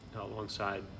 alongside